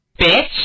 Bitch